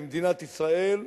במדינת ישראל,